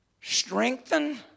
strengthen